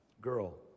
girl